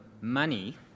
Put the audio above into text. money